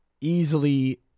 easily